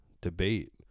debate